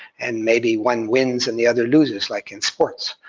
and maybe one wins and the other loses, like in sports.